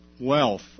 Wealth